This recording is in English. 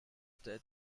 death